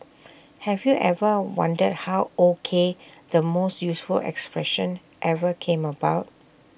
have you ever wondered how O K the most useful expression ever came about